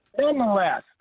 Nonetheless